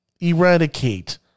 eradicate